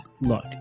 look